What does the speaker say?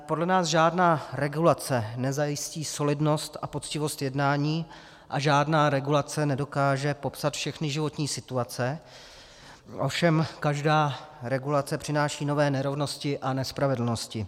Podle nás žádná regulace nezajistí solidnost a poctivost jednání a žádná regulace nedokáže popsat všechny životní situace, ovšem každá regulace přináší nové nerovnosti a nespravedlnosti.